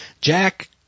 Jack